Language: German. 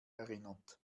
erinnert